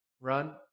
run